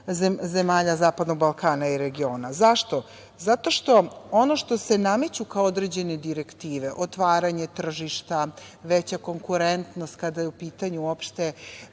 zemalja zapadnog Balkana i regiona. Zašto? Zato što ono što se nameću kao određene direktive, otvaranje tržišta, veća konkurentnost kada su u